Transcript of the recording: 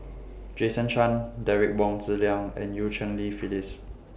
Jason Chan Derek Wong Zi Liang and EU Cheng Li Phyllis